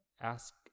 ask